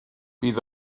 bydd